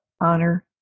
honor